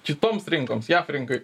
kitoms rinkoms jav rinkai